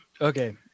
okay